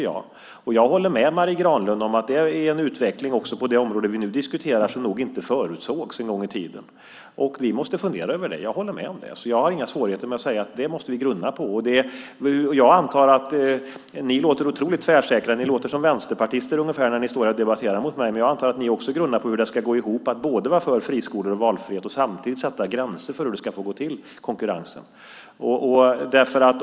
Jag håller med Marie Granlund om att det på det område vi nu diskuterar sker en utveckling som nog inte förutsågs en gång i tiden. Vi måste fundera över det. Jag håller med om det. Jag har inga svårigheter med att säga att vi måste grunna på det. Ni låter otroligt tvärsäkra. Ni låter som vänsterpartister ungefär när ni står här och debatterar mot mig. Men jag antar att ni också grunnar på hur det ska gå ihop att vara för friskolor och valfrihet och samtidigt sätta gränser för hur konkurrensen ska få gå till.